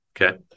Okay